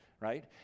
right